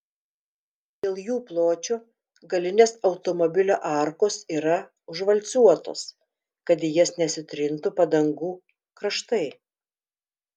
dėl jų pločio galinės automobilio arkos yra užvalcuotos kad į jas nesitrintų padangų kraštai